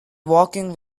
walking